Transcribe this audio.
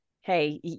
Hey